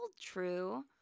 true